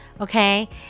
okay